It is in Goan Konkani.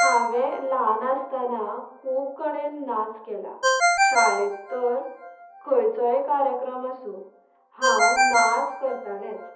हांवें ल्हान आसतना खूब कडेन नाच केल्यात शाळेंत तर खंयचोय कार्यक्रम आसूं हांव नाच करतालेंच